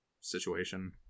situation